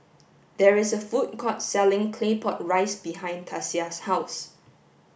there is a food court selling claypot rice behind Tasia's house